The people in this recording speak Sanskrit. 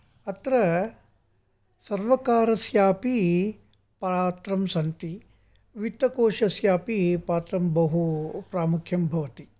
अत्र सर्वकारस्यापि पात्रं सन्ति वित्तकोशस्यापि पात्रं बहु प्रामुख्यं भवति